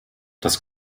das